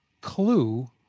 clue